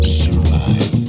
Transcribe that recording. survive